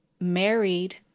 married